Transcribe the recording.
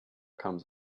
comes